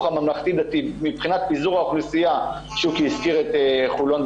הממלכתי דתי מבחינת פיזור האוכלוסייה שוקי הזכיר את חולון,